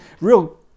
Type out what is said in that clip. real